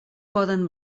poden